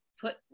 put